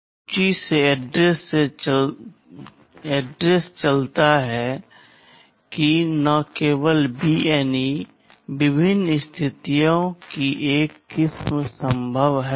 इस सूची से एड्रेस चलता है कि न केवल BNE विभिन्न स्थितियों की एक किस्म संभव है